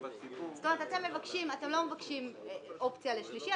הציבור --- זאת אומרת שאתם לא מבקשים אופציה לשלישי.